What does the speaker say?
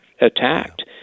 attacked